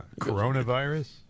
Coronavirus